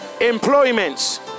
Employments